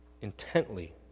intently